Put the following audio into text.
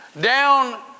down